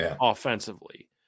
offensively